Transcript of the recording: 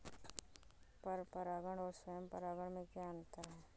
पर परागण और स्वयं परागण में क्या अंतर है?